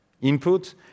input